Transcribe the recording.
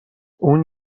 اون